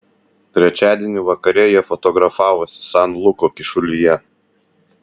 trečiadienį vakare jie fotografavosi san luko kyšulyje